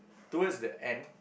towards the end